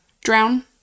Drown